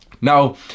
Now